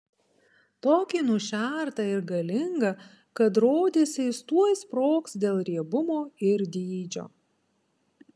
tokį nušertą ir galingą kad rodėsi jis tuoj sprogs dėl riebumo ir dydžio